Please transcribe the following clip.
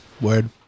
word